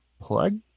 Plug